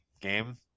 game